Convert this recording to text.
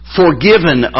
forgiven